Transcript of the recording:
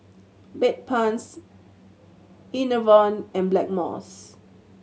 Bedpans Enervon and Blackmores